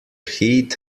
heat